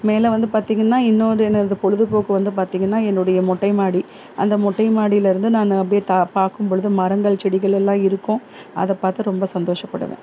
மேலே வந்து பார்த்தீங்கன்னா இன்னோரு என்னது பொழுதுபோக்கு வந்து பார்த்தீங்கன்னா என்னுடைய மொட்டை மாடி அந்த மொட்டை மாடிலேர்ந்து நானு அப்படியே தா பார்க்கும் பொழுது மரங்கள் செடிகளெல்லாம் இருக்கும் அதை பார்த்து ரொம்ப சந்தோசப்படுவேன்